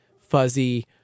fuzzy